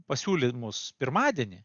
pasiūlymus pirmadienį